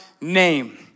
name